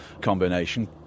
combination